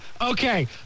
Okay